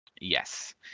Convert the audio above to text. Yes